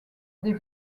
des